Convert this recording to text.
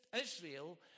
Israel